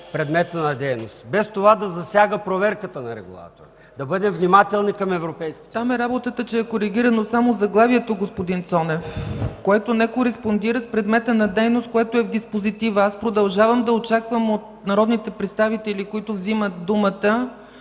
времето е изтекло), без това да засяга проверката на регулатора, да бъдем внимателни към европейските документи. ПРЕДСЕДАТЕЛ ЦЕЦКА ЦАЧЕВА: Там е работата, че е коригирано само заглавието, господин Цонев, което не кореспондира с предмета на дейност в диспозитива. Аз продължавам да очаквам от народните представители, които вземат думата,